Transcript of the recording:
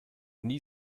nie